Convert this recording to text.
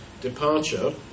departure